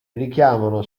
richiamano